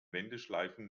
wendeschleifen